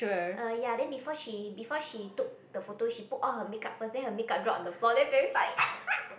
uh ya then before she before she took the photo she put on her makeup first then her makeup drop on the floor then very